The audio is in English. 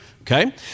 Okay